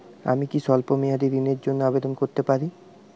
আমি কি স্বল্প মেয়াদি ঋণের জন্যে আবেদন করতে পারি?